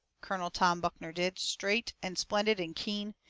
colonel tom buckner did straight and splendid and keen.